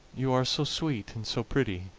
you are so sweet and so pretty,